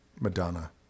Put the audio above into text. Madonna